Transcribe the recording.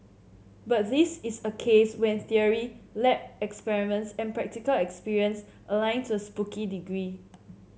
but this is a case when theory lab experiments and practical experience align to a spooky degree